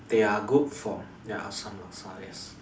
their good for their Asam laksa yes